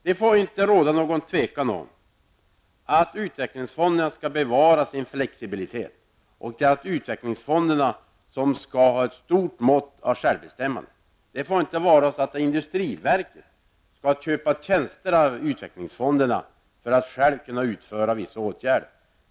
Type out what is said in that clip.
Det får inte råda någon tvekan om att utvecklingsfonderna skall bevara sin flexibilitet och ha ett stort mått av självbestämmande. Det får inte vara så att industriverket skall köpa tjänster av utvecklingsfonderna för att själva kunna utföra vissa åtgärder.